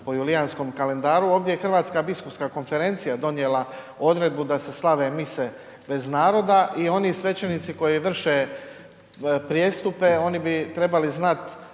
po julijanskom kalendaru, ovdje je Hrvatska biskupska konferencija donijela odredbu da se slave mise bez naroda i oni svećenici koji vrše prijestupe oni bi trebali znat